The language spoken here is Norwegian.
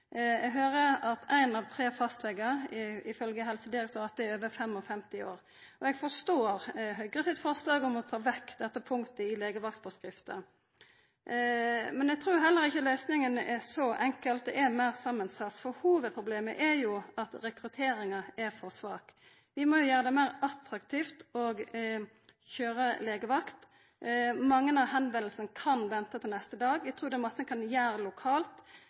Eg høyrer at ein av tre fastlegar ifølge Helsedirektoratet er over 55 år. Eg forstår Høgre sitt forslag om å ta vekk dette punktet i legevaktsforskrifta, men eg trur heller ikkje løysinga er så enkel – det er meir samansett. Hovudproblemet er jo at rekrutteringa er for svak. Vi må gjera det meir attraktivt å køyra legevakt. Mange av førespurnadene kan venta til neste dag. Eg trur det er masse ein kan gjera lokalt,